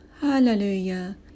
hallelujah